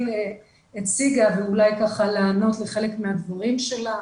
הציגה ואולי לענות לחלק מהדברים שלה.